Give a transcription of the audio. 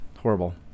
horrible